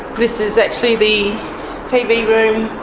this is actually the tv room,